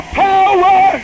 power